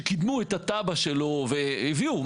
שקידמו את התב"ע שלו והביאו,